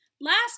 Last